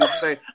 say